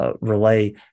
Relay